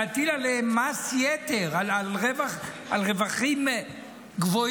להטיל עליהם מס יתר על רווחים גבוהים,